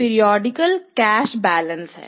C क्या है